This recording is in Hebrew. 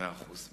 מאה אחוז.